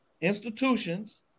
institutions